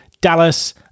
Dallas